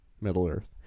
Middle-earth